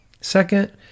Second